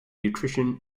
nutrition